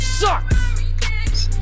sucks